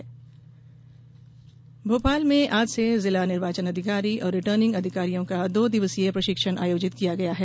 कांताराव भोपाल में आज से जिला निर्वाचन अधिकारी और रिटर्निंग अधिकारियों का दो दिवसीय प्रशिक्षण आयोजित किया गया है